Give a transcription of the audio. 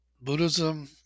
Buddhism